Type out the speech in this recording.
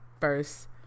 first